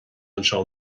anseo